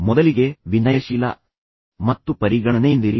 ಮೊದಲಿಗೆ ವಿನಯಶೀಲ ಮತ್ತು ಪರಿಗಣನೆಯಿಂದಿರಿ